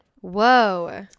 Whoa